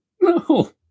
No